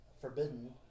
forbidden